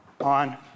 on